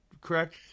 correct